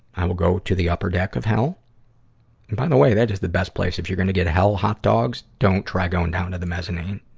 i will go to the upper deck of hell. and by the way, that is the best place if you're gonna get hell hotdogs, don't try going down to the mezzanine.